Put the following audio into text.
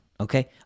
okay